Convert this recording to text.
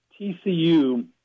TCU